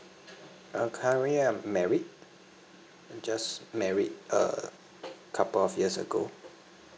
uh currently I'm married just married a couple of years ago